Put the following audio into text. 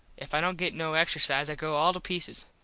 if i dont get no exercise i go all to pieces.